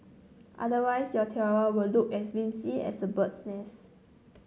otherwise your tiara will look as wispy as a bird's nest